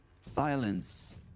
Silence